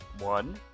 One